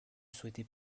souhaitait